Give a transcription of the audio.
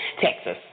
Texas